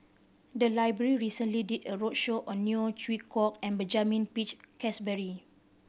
the library recently did a roadshow on Neo Chwee Kok and Benjamin Peach Keasberry